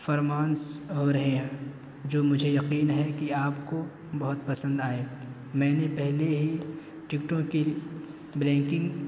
فرمانس ہو رہے ہیں جو مجھے یقین ہے کہ آپ کو بہت پسند آئے میں نے پہلے ہی ٹکٹوں کی بریکنگ